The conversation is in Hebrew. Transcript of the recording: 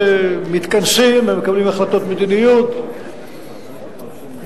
ומתכנסים ומקבלים החלטות מדיניות ושקלא